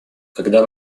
когда